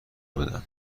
بودم